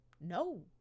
No